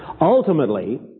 Ultimately